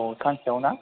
औ सानसेयावना